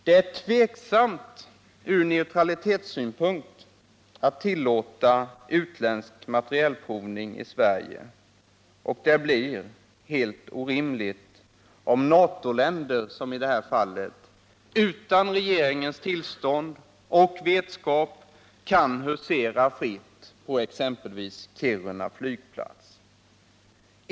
Det är tveksamt från neutralitetssynpunkt att tillåta utländsk materielprovning i Sverige, och det blir helt orimligt om NATO-länder som i det här fallet utan regeringens tillstånd och vetskap kan husera fritt på exempelvis Kiruna flygplats.